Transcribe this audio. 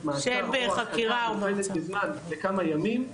מעצר או הרחקה מוגבלת בזמן לכמה ימים,